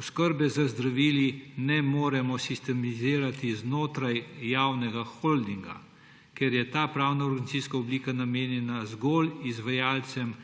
Oskrbe z zdravili ne moremo sistemizirati znotraj javnega holdinga, ker je ta pravnoorganizacijska oblika namenjena zgolj izvajalcem